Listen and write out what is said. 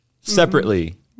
separately